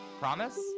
Promise